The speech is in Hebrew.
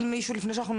שהתנהל כבר,